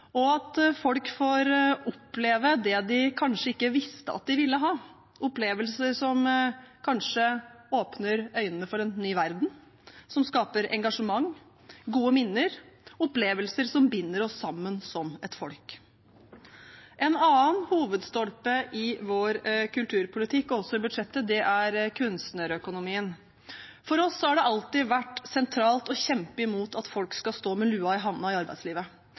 og at folk får oppleve det de kanskje ikke visste at de ville ha – opplevelser som kanskje åpner øynene for en ny verden, som skaper engasjement og gode minner: opplevelser som binder oss sammen som et folk. En annen hovedstolpe i vår kulturpolitikk, også i budsjettet, er kunstnerøkonomien. For oss har det alltid vært sentralt å kjempe mot at folk skal stå med lua i handa i arbeidslivet.